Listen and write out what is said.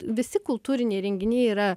visi kultūriniai renginiai yra